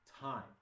Time